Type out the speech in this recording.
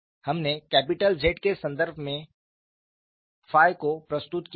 हमने capital Z के संदर्भ में 𝜱 को प्रस्तुत किया है